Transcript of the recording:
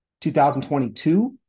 2022